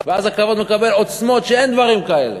ואז הכבוד מקבל עוצמות שאין דברים כאלה,